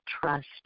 trust